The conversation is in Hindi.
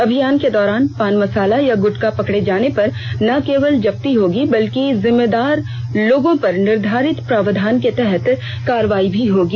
अभियान के दौरान पान मसाला या गुटखा पकड़े जाने पर न केवल जब्ती होगी बल्कि जिम्मेदार लोगों पर निर्धारित प्रावधान के तहत कार्रवाई भी होगी